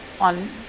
on